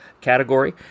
category